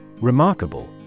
Remarkable